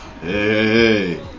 Hey